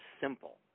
simple